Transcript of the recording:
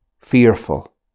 fearful